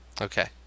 Okay